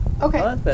Okay